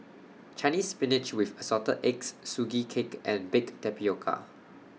Chinese Spinach with Assorted Eggs Sugee Cake and Baked Tapioca